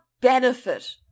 benefit